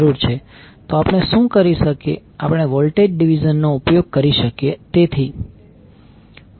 તો આપણે શું કરી શકીએ આપણે વોલ્ટેજ ડીવીઝન નો ઉપયોગ કરી શકીએ